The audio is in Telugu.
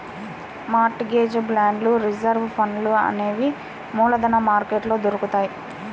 మార్ట్ గేజ్ బాండ్లు రిజర్వు ఫండ్లు అనేవి మూలధన మార్కెట్లో దొరుకుతాయ్